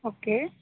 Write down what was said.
okay